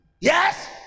yes